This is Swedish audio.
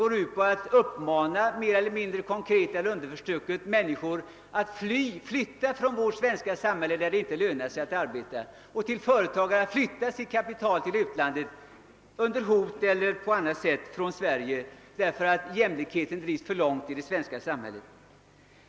Man uppmanar mer eller mindre konkret eller förstucket människor att flytta från det svenska samhället, där det inte lönar sig att arbeta, och företagare att överföra sitt kapital till utlandet under hot eller på annat sätt därför att jämlikheten drivs för långt i vårt land.